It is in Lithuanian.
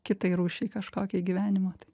kitai rūšiai kažkokiai gyvenimo tai